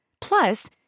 Plus